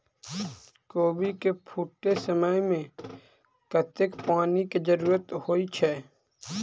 कोबी केँ फूटे समय मे कतेक पानि केँ जरूरत होइ छै?